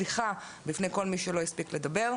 סליחה בפני כל מי שהספיק לדבר.